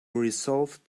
resolved